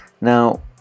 Now